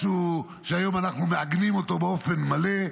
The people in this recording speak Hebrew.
משהו שהיום אנחנו מעגנים אותו באופן מלא,